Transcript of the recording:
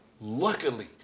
luckily